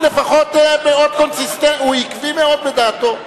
הוא לפחות עקבי מאוד בדעתו.